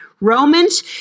Romans